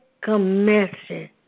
commission